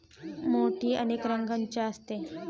मोती अनेक रंगांचे असतात